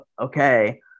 Okay